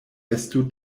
estu